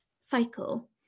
cycle